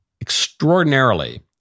extraordinarily